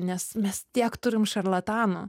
nes mes tiek turim šarlatanų